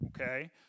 okay